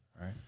right